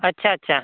अच्छा अच्छा